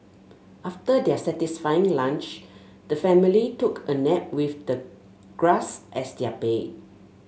after their satisfying lunch the family took a nap with the grass as their bed